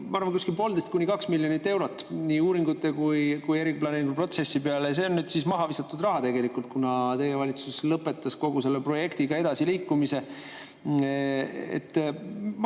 ma arvan, poolteist kuni kaks miljonit eurot nii uuringute kui eriplaneeringuprotsessi peale. See on maha visatud raha tegelikult, kuna teie valitsus lõpetas kogu selle projektiga edasiliikumise.